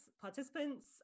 participants